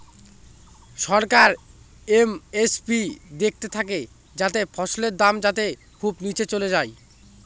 সরকার MSP দেখতে থাকে যাতে ফসলের দাম যাতে খুব নীচে চলে যায়